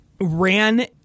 Ran